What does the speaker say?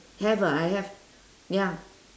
have lah I have ya